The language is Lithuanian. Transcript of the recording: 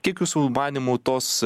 kiek jūsų manymu tos